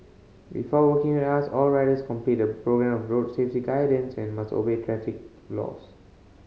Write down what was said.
before working with us all riders complete a programme of road safety guidance and must obey traffic laws